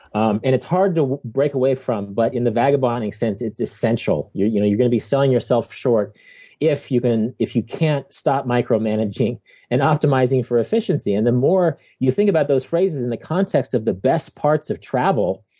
um and it's hard to break away from, but in the vagabonding sense, it's essential. you're you know going to be selling yourself short if you can if you can't stop micromanaging and optimizing for efficiency. and the more you think about those phrases in the context of the best parts of travel,